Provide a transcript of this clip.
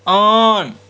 ٲن